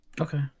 Okay